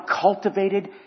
cultivated